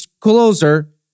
closer